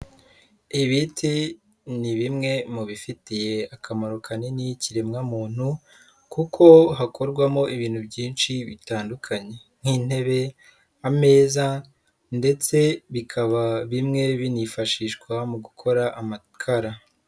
Ibiti ni bimwe mu bifitiye akamaro kanini ikiremwamuntu kuko hakorwamo ibintu byinshi bitandukanye nk'intebe, ameza ndetse bikaba bimwe binifashishwa mu gukora amakara.